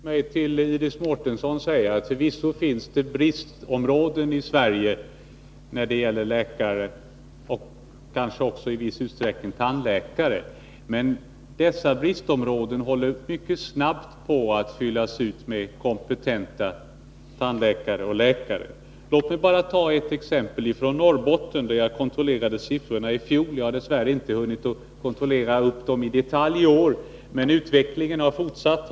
Herr talman! Låt mig säga till Iris Mårtensson, att förvisso finns det bristområden i Sverige när det gäller läkare och kanske också i viss utsträckning tandläkare. Men dessa bristområden håller mycket snabbt på att fyllas ut med kompetenta läkare och tandläkare. Låt mig ta ett exempel från Norrbotten! Jag kontrollerade siffrorna i fjol och jag har dess värre inte hunnit kontrollera dem i detalj i år, men man har sagt mig att utvecklingen har fortsatt.